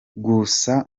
gusa